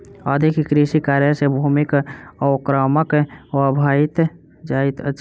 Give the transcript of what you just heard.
अधिक कृषि कार्य सॅ भूमिक अवक्रमण भ जाइत अछि